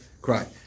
cry